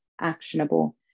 actionable